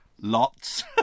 lots